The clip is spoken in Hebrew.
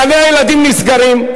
גני-הילדים נסגרים.